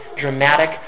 dramatic